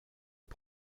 les